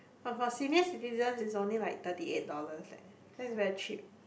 oh but senior citizens is only like thirty eight dollars leh that's very cheap